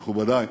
מכובדי,